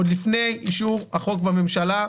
עוד לפני אישור החוק בממשלה,